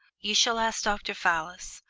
you shall ask dr. fallis,